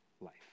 life